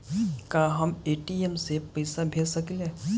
का हम ए.टी.एम से पइसा भेज सकी ले?